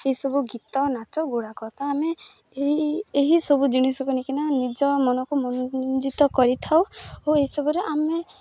ଏହିସବୁ ଗୀତ ନାଚଗୁଡ଼ାକ ତ ଆମେ ଏହି ଏହି ସବୁ ଜିନିଷକୁ ନେଇକିନା ନିଜ ମନକୁ ମନଞ୍ଜିତ କରିଥାଉ ଓ ଏସବୁରେ ଆମେ